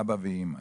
אבא ואימא,